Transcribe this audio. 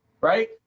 right